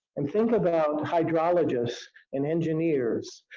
and think about hydrologists and engineers.